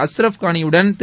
அஷ்ரப் கானியுடன் திரு